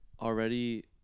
already